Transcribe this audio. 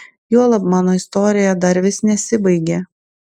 juolab mano istorija dar vis nesibaigė